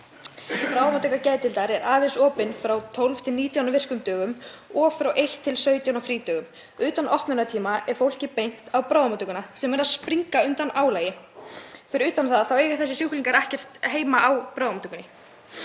Bráðamóttaka geðdeildar er aðeins opin frá 12–19 á virkum dögum og frá 13–17 á frídögum. Utan opnunartíma er fólki beint á bráðamóttökuna sem er að springa undan álagi, fyrir utan það þá eiga þessir sjúklingar ekkert heima á bráðamóttökunni